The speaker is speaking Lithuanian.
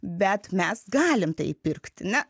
bet mes galim tai įpirkti ne